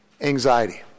anxiety